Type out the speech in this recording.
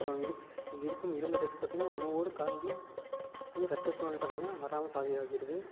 அப்புறோம் இருக்குது இதில் இருக்கும் இரும்பு சந்து பார்த்தீங்கனா உணவோடு கலந்து இரத்தசோகை பார்த்தீங்கனா வராமல் பாதுகாக்கிறது